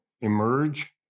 Emerge